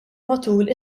matul